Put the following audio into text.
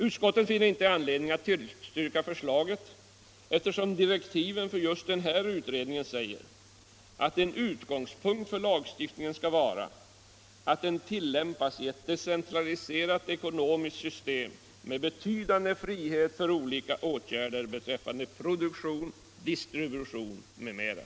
Utskottet finner inte anledning tillstyrka förslaget, eftersom direktiven för utredningen säger att en utgångspunkt för lagstiftningen skall vara att den tillämpas i ett decentraliserat ekonomiskt system med betydande frihet för olika åtgärder beträffande produktion, distribution m.m.